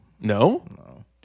No